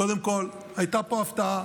קודם כול, הייתה פה הפתעה,